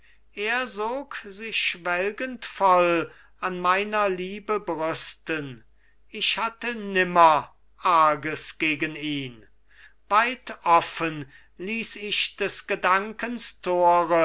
er sog sich schwelgend voll an meiner liebe brüsten ich hatte nimmer arges gegen ihn weit offen ließ ich des